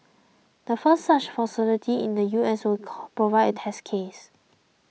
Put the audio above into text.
the first such facility in the U S will call provide a test case